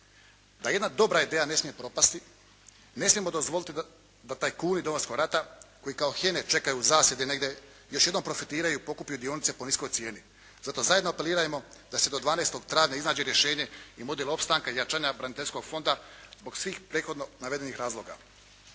da jedna dobra ideja ne smije propasti, ne smijemo dozvoliti da tajkuni Domovinskog rata koji kao hijene čekaju u zasjedi negdje još jednom profitiraju i pokupuju dionice po niskoj cijeni. Zato zajedno apelirajmo da se do 12. travnja iznađe rješenje i model opstanka i jačanja braniteljskog fonda zbog svih prethodno navedenih razloga.